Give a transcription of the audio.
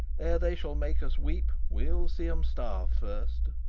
ere they shall make us weep we'll see em starve first.